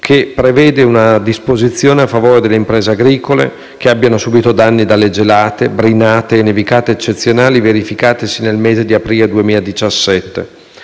che prevede una disposizione a favore delle imprese agricole che abbiano subito danni dalle gelate, brinate e nevicate eccezionali verificatesi nel mese di aprile 2017,